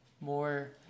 more